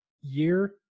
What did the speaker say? year